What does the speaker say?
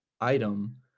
item